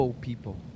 people